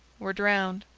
were drowned.